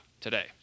today